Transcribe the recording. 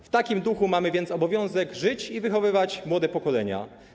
W takim duchu mamy więc obowiązek żyć i wychowywać młode pokolenia.